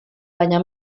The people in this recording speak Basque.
baina